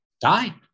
die